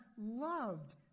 loved